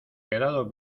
quedado